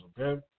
okay